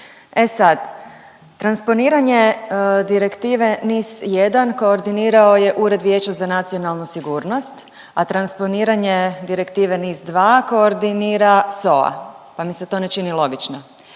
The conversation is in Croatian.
E sad, transponiranje direktive NIS1 koordinirao je Ured vijeća za nacionalnu sigurnost, a transponiranje direktive NIS2 koordinira SOA pa mi se to ne čini logično.